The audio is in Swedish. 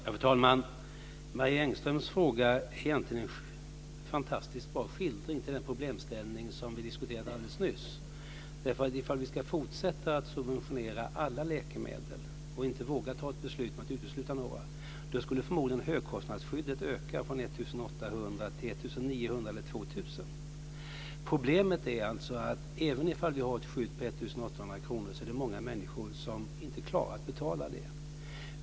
Fru talman! Marie Engströms fråga är egentligen en fantastiskt bra skildring av den problemställning som vi diskuterade alldeles nyss. Om vi ska fortsätta att subventionera alla läkemedel och inte våga fatta beslut om att utesluta några, då skulle förmodligen högkostnadsskyddet öka från 1 800 kr till 1 900 eller 2 000. Problemet är alltså att även om vi har ett skydd på 1 800 kr är det många människor som inte klarar att betala det.